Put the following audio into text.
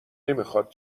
نمیخواد